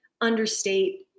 understate